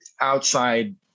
outside